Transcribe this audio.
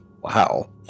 Wow